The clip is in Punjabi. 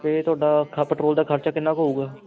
ਅਤੇ ਤੁਹਾਡਾ ਪੈਟਰੋਲ ਦਾ ਖਰਚਾ ਕਿੰਨਾ ਕੁ ਹੋਵੇਗਾ